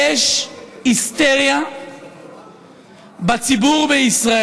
יש היסטריה בציבור בישראל.